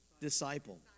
Disciple